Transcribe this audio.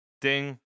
Ding